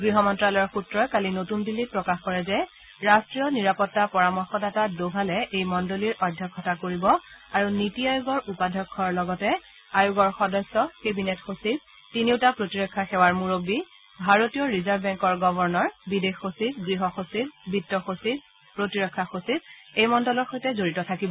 গৃহ মন্ত্যালয়ৰ সূত্ৰই কালি নতূন দিল্লীত প্ৰকাশ কৰে যে ৰাষ্ট্ৰীয় নিৰাপত্তা পাৰমৰ্শদাতা ডোভালে এই মণ্ডলীৰ অধ্যক্ষতা কৰিব আৰু নীতি আয়োগৰ উপাধ্যক্ষৰ লগতে আয়োগৰ সদস্য কেবিনেট সচিব তিনিওটা প্ৰতিৰক্ষা সেৱাৰ মূৰববী ভাৰতীয় ৰিজাৰ্ভ বেংকৰ গৱৰ্ণৰ বিদেশ সচিব গৃহ সচিব বিত্ত সচিব আৰু প্ৰতিৰক্ষা সচিব এই মণ্ডলৰ সৈতে জড়িত থাকিব